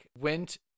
went